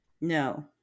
No